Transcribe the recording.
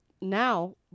now